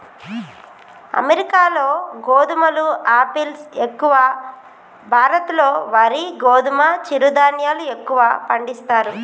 అమెరికాలో గోధుమలు ఆపిల్స్ ఎక్కువ, భారత్ లో వరి గోధుమ చిరు ధాన్యాలు ఎక్కువ పండిస్తారు